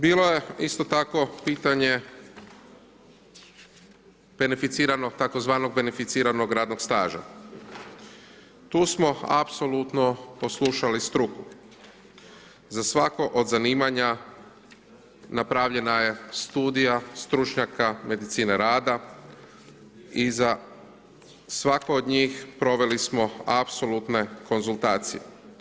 Bilo je isto tako pitanje beneficiranog radnog staža, tu smo apsolutno poslušali struku, za svako od zanimanja, napravljena je studija stručnjaka medicine rada i za svaku od njih proveli smo apsolutne konzultacije.